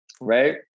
right